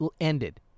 ended